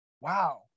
wow